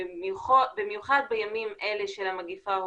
במיוחד בימים אלה של המגפה,